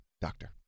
doctor